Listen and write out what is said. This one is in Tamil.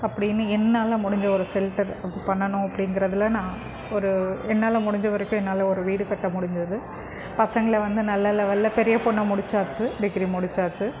அப்படின்னு என்னால் முடிஞ்ச ஒரு செல்ஃப் தாட் பண்ணணும் அப்படிங்கிறதுல நான் ஒரு என்னால் முடிஞ்ச வரைக்கும் என்னால் ஒரு வீடு கட்ட முடிஞ்சுது பசங்களை வந்து நல்ல லெவலில் பெரிய பொண்ணு முடிச்சாச்சு டிகிரி முடிச்சாச்சு